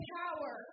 power